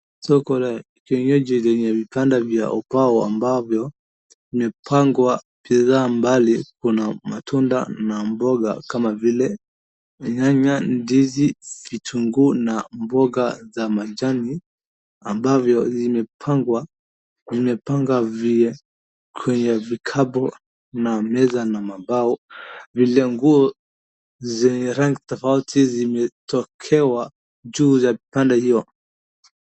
Soko la kienyeji lenye vibanda vya umbao ambavyo vimepangwa bidhaa mbali kuna matunda na mboga kama vile nyanya ,ndizi ,vitunguu na mboga za majani ambavyo vimepangwa, wamepanga kwenye vikapu na meza na mabao vile nguo zenye rangi tofauti zimetokewa juu ya pande hiyo.